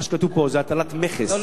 מה שכתוב פה זה הטלת מכס,